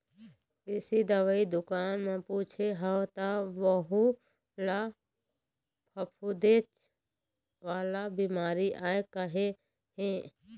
कृषि दवई दुकान म पूछे हव त वहूँ ल फफूंदेच वाला बिमारी आय कहे हे